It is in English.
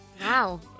Wow